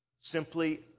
simply